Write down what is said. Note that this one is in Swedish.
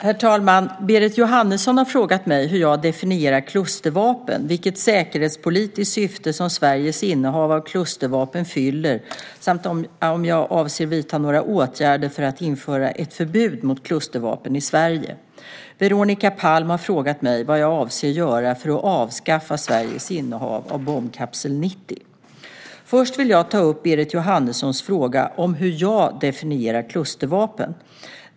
Herr talman! Berit Jóhannesson har frågat mig hur jag definierar klustervapen, vilket säkerhetspolitiskt syfte som Sveriges innehav av klustervapen fyller samt om jag avser att vidta några åtgärder för att införa ett förbud mot klustervapen i Sverige. Veronica Palm har frågat mig vad jag avser att göra för att avskaffa Sveriges innehav av bombkapsel 90. Först vill jag ta upp Berit Jóhannessons fråga om hur jag definierar klustervapen.